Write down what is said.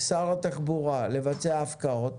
שר התחבורה לבצע הפקעות,